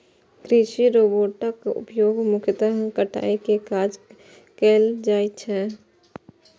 कृषि रोबोटक उपयोग मुख्यतः कटाइ के काज मे कैल जाइ छै